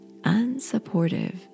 unsupportive